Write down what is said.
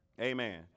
Amen